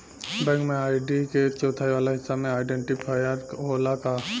Bank में ID के चौथाई वाला हिस्सा में आइडेंटिफैएर होला का?